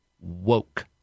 woke